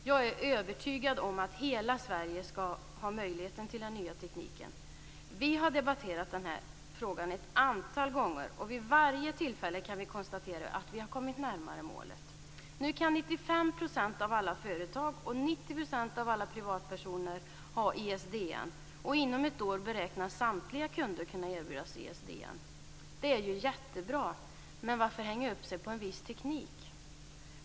Jag är övertygad om att hela Sverige skall ha tillgång till den nya tekniken. Vi har debatterat frågan ett antal gånger. Vid varje tillfälle kan vi konstatera att vi har kommit närmare målet. Nu kan 95 % av alla företag och 90 % av alla privatpersoner ha ISDN. Inom ett år beräknas samtliga kunder kunna erbjudas ISDN. Det är ju jättebra. Men varför hänga upp sig på en viss teknik?